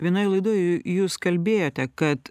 vienoj laidoj jūs kalbėjote kad